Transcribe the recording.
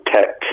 Tech